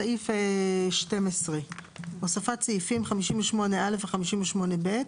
סעיף 12. הוספת סעיפים 58א ו-58ב.